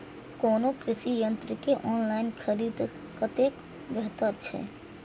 कोनो कृषि यंत्र के ऑनलाइन खरीद कतेक बेहतर छै?